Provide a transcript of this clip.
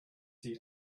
see